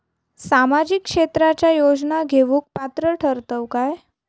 सामाजिक क्षेत्राच्या योजना घेवुक पात्र ठरतव काय?